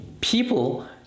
people